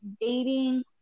dating